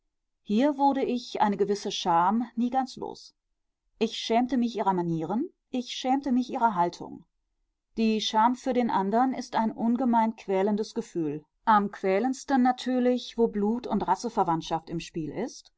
hier wurde ich eine gewisse scham nie ganz los ich schämte mich ihrer manieren ich schämte mich ihrer haltung die scham für den andern ist ein ungemein quälendes gefühl am quälendsten natürlich wo blut und rasseverwandtschaft im spiel ist